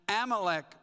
Amalek